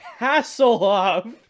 Hasselhoff